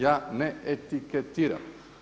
Ja ne etiketiram.